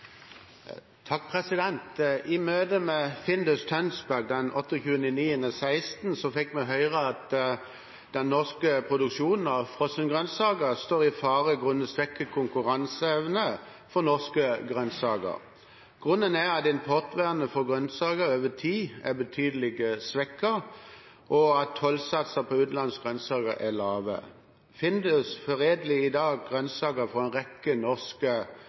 møte med Findus Tønsberg den 28. september i år fikk vi høre at den norske produksjonen av frossengrønnsaker står i fare grunnet svekket konkurranseevne for norske grønnsaker. Grunnen er at importvernet for grønnsaker over tid er betydelig svekket, og at tollsatser på utenlandske grønnsaker er lave. Findus foredler i dag grønnsaker fra en rekke norske